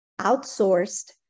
outsourced